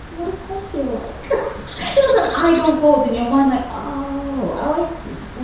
what does that feel like? does an idol force in your mind? like oh, i see.